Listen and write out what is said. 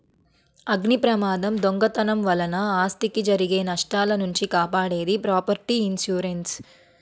అగ్నిప్రమాదం, దొంగతనం వలన ఆస్తికి జరిగే నష్టాల నుంచి కాపాడేది ప్రాపర్టీ ఇన్సూరెన్స్